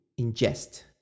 ingest